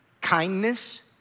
kindness